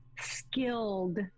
skilled